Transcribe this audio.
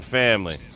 family